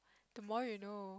tomorrow you know